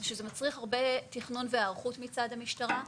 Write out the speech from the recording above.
אז זה מצריך הרבה תכנון והיערכות מצד המשטרה.